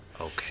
Okay